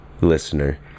listener